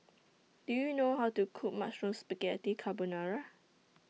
Do YOU know How to Cook Mushroom Spaghetti Carbonara